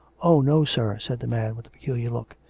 oh, no, sir, said the man with a peculiar look.